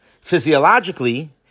Physiologically